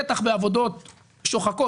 בטח בעבודות שוחקות,